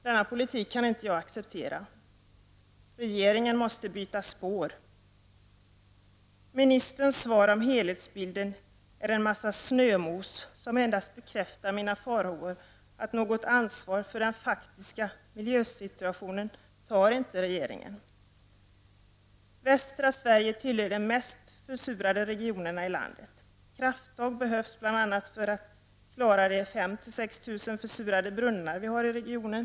Denna politik kan jag inte acceptera. Regeringen måste byta spår. Ministerns svar om helhetsbilden är en massa shömos som endast bekräftar mina farhågor att regeringen inte tar något ansvar för den faktiska miljösituationen. Västra Sverige är en av de mest försurade regionerna i landet. Krafttag behöver sättas in för att bl.a. klara de 5000-6000 försurade brunnar som finns i regionen.